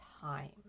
time